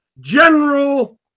General